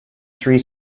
three